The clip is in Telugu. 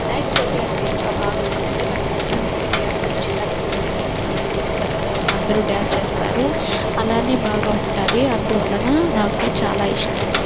వినాయక చవితి అంటే ఇంకా బాగా ఇష్టం ఎందుకంటే విగ్రహం పెట్టి అందరూ చిన్నపిల్ల చిన్నపిల్లల నుంచి పెద్ద పిల్లల వరకు అందరూ డాన్స్ వేస్తారు అలానే బాగా ఉంటాది అందువలన నాకు చాలా ఇష్టం